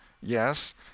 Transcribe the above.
Yes